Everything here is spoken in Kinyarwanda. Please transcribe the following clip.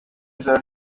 joro